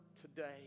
today